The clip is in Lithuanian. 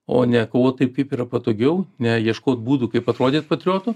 o ne kovot taip kaip yra patogiau ne ieškot būdų kaip atrodyt patriotu